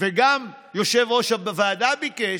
וגם יושב-ראש הוועדה ביקש,